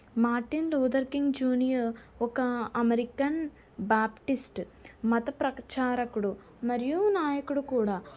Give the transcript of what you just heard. Martin Luther King junior ఒక American Baptist మతప్రచారకుడు మరియు నాయకుడు కూడా